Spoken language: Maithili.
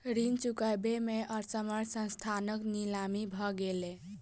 ऋण चुकबै में असमर्थ संस्थानक नीलामी भ गेलै